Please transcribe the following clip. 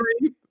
three